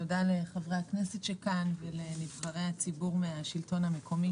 תודה לחברי הכנסת ולנבחרי הציבור מהשלטון המקומי.